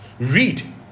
read